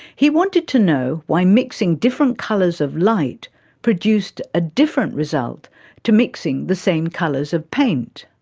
he wanted to know why mixing different colours of light produced a different result to mixing the same colours of paint.